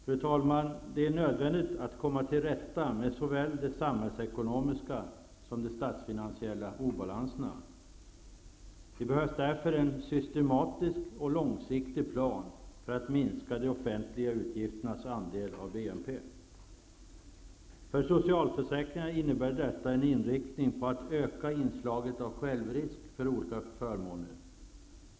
Fru talman! Det är nödvändigt att komma till rätta med såväl de samhällsekonomiska som de statsfinansiella obalanserna. Det behövs därför en systematisk och långsiktig plan för att minska de offentliga utgifternas andel av BNP. För socialförsäkringarna innebär detta en inriktning på att öka inslaget av självrisk för olika förmåner.